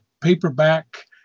paperback